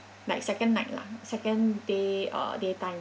like second night lah second day uh daytime